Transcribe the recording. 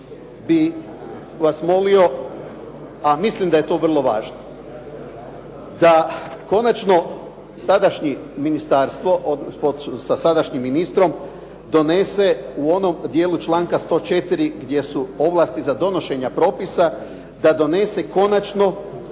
da konačno sadašnje ministarstvo sa sadašnjim ministrom donese u onom dijelu članka 104. gdje su ovlasti za donošenje propisa da donese konačno